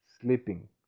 sleeping